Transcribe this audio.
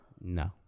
No